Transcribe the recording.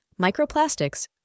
Microplastics